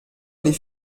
les